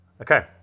Okay